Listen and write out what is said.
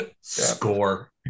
score